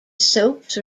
soaps